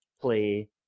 play